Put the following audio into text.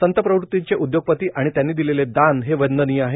संतप्रवृतीचे उद्योगपती आणि त्यांनी दिलेले दान हे वंदनीय आहे